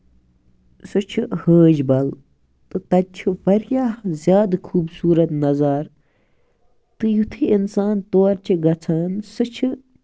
سُہ چھُ ہٲج بَل تہٕ تَتہِ چھُ واریاہ زیادٕ خوٗبصوٗرت نَظارٕ تہٕ یِتھُے اِنسان تور چھُ گژھان تہٕ سُہ چھُ